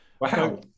Wow